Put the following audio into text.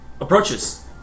approaches